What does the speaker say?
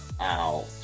Ow